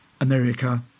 America